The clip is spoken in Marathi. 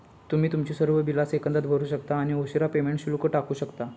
तुम्ही तुमची सर्व बिला सेकंदात भरू शकता आणि उशीरा पेमेंट शुल्क टाळू शकता